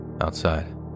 Outside